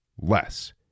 less